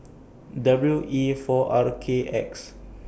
W E four R K X